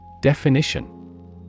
Definition